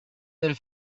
del